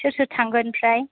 सोर सोर थांगोन आमफ्राय